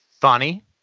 funny